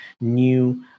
new